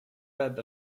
web